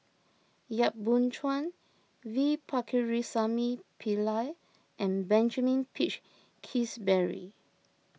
Yap Boon Chuan V Pakirisamy Pillai and Benjamin Peach Keasberry